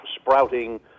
sprouting